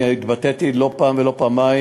התבטאתי לא פעם ולא פעמיים: